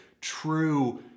true